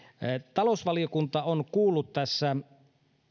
talousvaliokunta on kuullut tässä